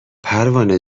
پروانه